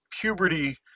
puberty